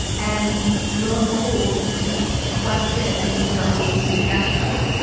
and lo and behold, putin just swept in and used our own weaknesses against us.